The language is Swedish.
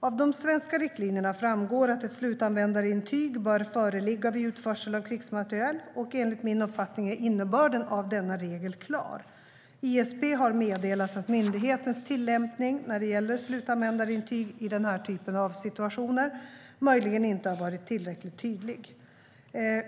Av de svenska riktlinjerna framgår att ett slutanvändarintyg bör föreligga vid utförsel av krigsmateriel. Enligt min uppfattning är innebörden av denna regel klar. ISP har meddelat att myndighetens tillämpning när det gäller slutanvändarintyg i den här typen av situationer möjligen inte har varit tillräckligt tydlig.